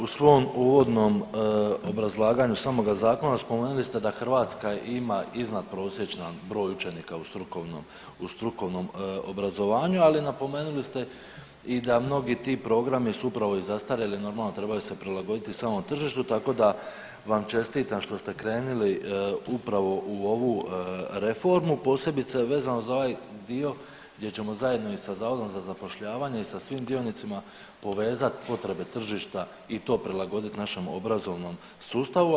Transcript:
U svom uvodnom obrazlaganju samoga zakona spomenuli ste da Hrvatska ima iznadprosječan broj učenika u strukovnom obrazovanju, ali napomenuli ste i da mnogi ti programi su upravo i zastarjeli, normalno trebaju se prilagoditi samom tržištu tako da vam čestitam što ste krenuli upravo u ovu reformu, posebice vezano za ovaj dio gdje ćemo i sa Zavodom za zapošljavanje i sa svim dionicima povezat potrebe tržišta i to prilagodit našem obrazovnom sustavu.